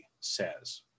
says